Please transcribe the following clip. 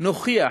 נוכיח